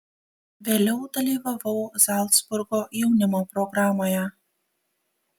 vėliau dalyvavau zalcburgo jaunimo programoje